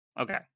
okay